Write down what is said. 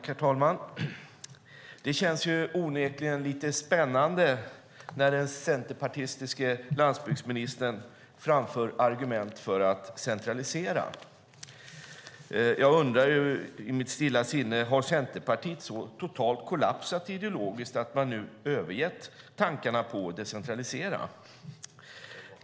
Herr talman! Det känns onekligen lite spännande när den centerpartistiske landsbygdsministern framför argument för att centralisera. Jag undrar i mitt stilla sinne om Centerpartiet så totalt kollapsat ideologiskt att man nu övergett tankarna på att decentralisera.